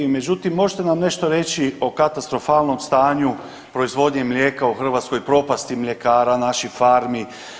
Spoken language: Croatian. Međutim, možete li nam nešto reći o katastrofalnom stanju proizvodnje mlijeka u Hrvatskoj, propasti mljekara, naših farmi.